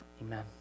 Amen